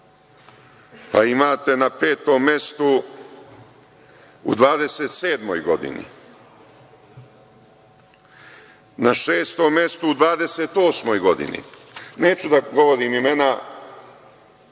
pa imate na petom mestu u 27-oj godini, na šestom mestu u 28-oj godini, neću da govorim imena,